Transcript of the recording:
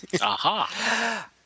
Aha